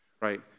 right